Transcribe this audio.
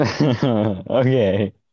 Okay